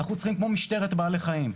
אנחנו צריכים משהו כמו משטרת בעלי חיים,